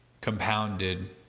compounded